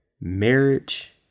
marriage